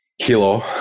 Kilo